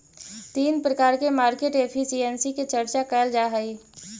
तीन प्रकार के मार्केट एफिशिएंसी के चर्चा कैल जा हई